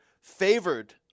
favored